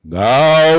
Thou